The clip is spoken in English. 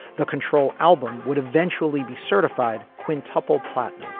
the control album would eventually be certified quintuple platinum.